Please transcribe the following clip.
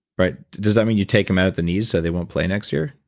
but does that mean you take them out the knees so they won't play next year?